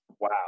Wow